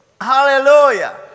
Hallelujah